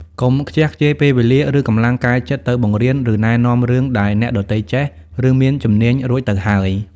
កុំខ្ជះខ្ជាយពេលវេលា ឬកម្លាំងកាយចិត្តទៅបង្រៀន ឬណែនាំរឿងដែលអ្នកដទៃចេះ ឬមានជំនាញរួចទៅហើយ។